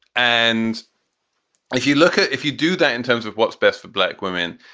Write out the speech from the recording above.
and if you look at if you do that in terms of what's best for black women,